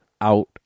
out